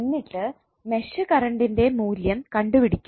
എന്നിട്ട് മെഷ് കറണ്ടിൻറെ മൂല്യം കണ്ടു പിടിക്കുന്നു